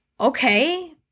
okay